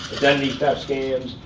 identity theft scams,